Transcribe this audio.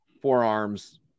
forearms